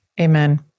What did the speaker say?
Amen